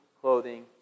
clothing